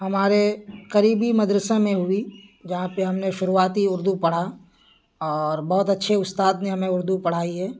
ہمارے قریبی مدرسے میں ہوئی جہاں پہ ہم نے شروعاتی اردو پڑھا اور بہت اچھے استاد نے ہمیں اردو پڑھائی ہے